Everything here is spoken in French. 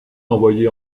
envoyé